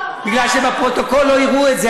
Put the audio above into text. בגלל שבפרוטוקול לא יראו את זה,